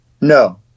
No